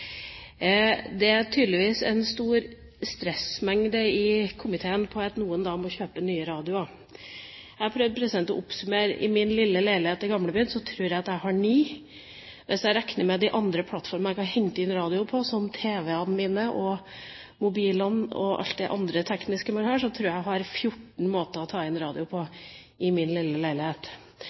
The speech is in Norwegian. Det er tydeligvis en stor mengde stress i komiteen ved at noen da må kjøpe ny radio. Jeg har prøvd å oppsummere: I min lille leilighet i Gamlebyen tror jeg at jeg har ni radioer, og hvis jeg regner med alle plattformer hvor jeg kan hente inn radio, som tv-ene mine, mobilene og alt det andre tekniske jeg har, tror jeg at jeg har 14 måter å ta inn radio på. Noen av radioene er sikkert kompatible med DAB i